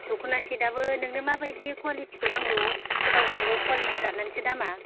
दख'ना सेथ आबो नोंनो मा बायदि कुवालितिखौ नांगौ गाव गाबागाव कुवालिथि लानानैसो दामा